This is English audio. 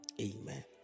Amen